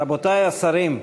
רבותי השרים,